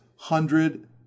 Hundred